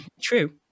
True